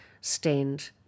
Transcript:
stand